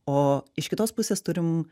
o iš kitos pusės turim